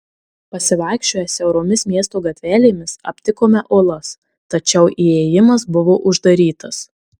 pasivaikščioję siauromis miesto gatvelėmis aptikome olas tačiau įėjimas buvo uždarytas